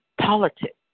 politics